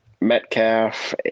Metcalf